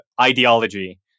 ideology